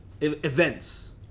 events